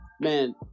man